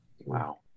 Wow